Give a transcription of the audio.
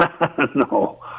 No